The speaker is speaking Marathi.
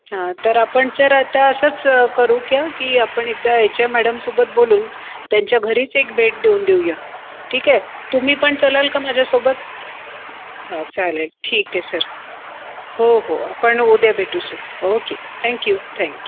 हा तर आपण सर ते असच करू का की आपण एकदा एचए मॅडमसोबत बोलून त्यांच्या घरीच एक भेट देऊन देऊया ठीक आहे तुम्ही पण चलाल का माझ्यासोबत हां चालेल ठीक आहे सर हो हो आपण उद्या भेटू sir okay thank you thank